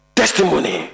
testimony